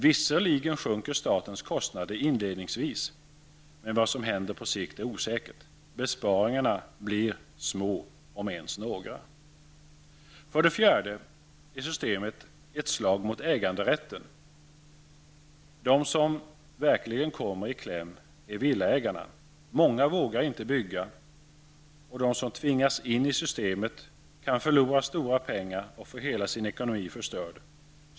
Visserligen sjunker statens kostnader inledningsvis, men vad som händer på sikt är osäkert. Besparingarna blir små om ens några. För det fjärde är systemet ett slag mot äganderätten. De som verkligen kommer i kläm är villaägarna. Många vågar inte bygga, och de som tvingas in i systemet kan förlora stora pengar och få hela sin ekonomi förstörd.